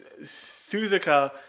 Suzuka